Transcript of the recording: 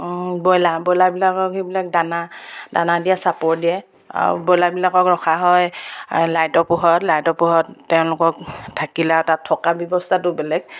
broiler ব্ৰইলাৰবিলাকক সেইবিলাক দানা দানা দিয়া চাপৰ দিয়ে আৰু ব্ৰইলাৰবিলাকক ৰখা হয় লাইটৰ পোহৰত লাইটৰ পোহৰত তেওঁলোকক থাকিলে আৰু তাত থকা ব্যৱস্থাটো বেলেগ